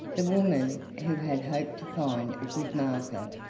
the woman, who had hoped to find a good market,